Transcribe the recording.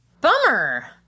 Bummer